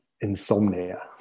insomnia